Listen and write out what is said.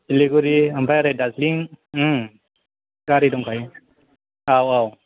सिलिगुरि आमफाय ओरै डारजिलिं गारि दंखायो औ औ